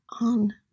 on